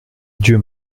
dieu